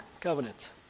covenant